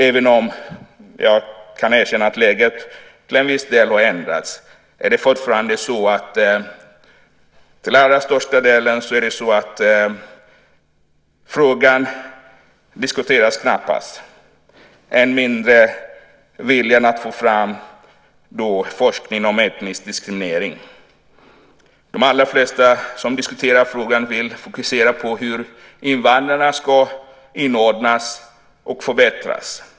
Även om jag kan erkänna att läget till viss del har ändrats är det fortfarande till allra största delen så att frågan knappt diskuteras. Än mindre är viljan att få fram forskning om etnisk diskriminering. De allra flesta som diskuterar frågan vill fokusera på hur invandrarna ska inordnas och förbättras.